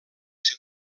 ser